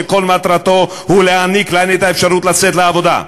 שכל מטרתו היא להעניק להן את האפשרות לצאת לעבודה,